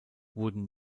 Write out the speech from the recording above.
wurden